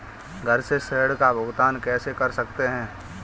घर से ऋण का भुगतान कैसे कर सकते हैं?